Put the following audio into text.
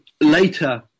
later